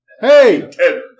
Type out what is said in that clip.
Hey